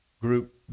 group